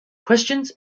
questions